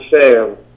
Sam